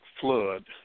flood